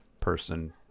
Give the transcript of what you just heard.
person